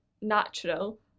natural